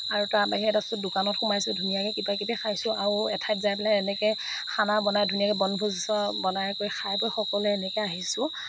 আৰু তাৰ বাহিৰে তাৰপাছত দোকানত সোমাইছোঁ ধুনীয়াক কিবাকিবি খাইছোঁ আৰু এঠাইত যাই পেলাই এনেকৈ খানা বনাই ধুনীয়াকৈ বনভোজ বনাই কৰি খাই বৈ সকলোৱে এনেকৈ আহিছোঁ